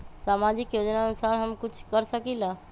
सामाजिक योजनानुसार हम कुछ कर सकील?